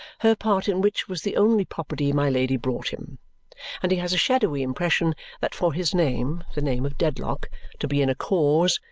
her part in which was the only property my lady brought him and he has a shadowy impression that for his name the name of dedlock to be in a cause,